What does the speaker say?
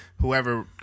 whoever